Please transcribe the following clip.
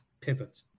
pivot